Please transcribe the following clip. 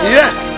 yes